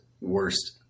worst